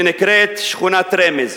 שנקראת שכונת רמז,